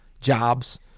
jobs